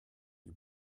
die